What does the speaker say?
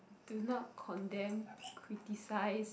do not condemn criticize